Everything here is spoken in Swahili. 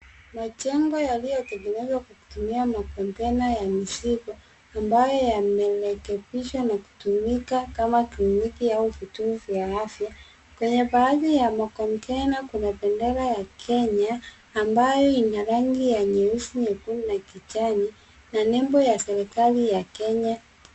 Majengo yaliyotengenezwa kwa kutumia makontena ya mizigo, ambayo yamerekebishwa na kutumika kama kliniki au vituo vya afya. Kwenye baadhi ya makontena kuna bendera ya Kenya, ambayo ina rangi ya nyeusi, nyekundu, na kijani na nembo ya serikali ya Kenya.